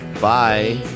Bye